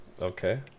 Okay